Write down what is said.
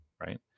right